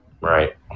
right